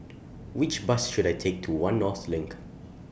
Which Bus should I Take to one North LINK